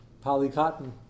poly-cotton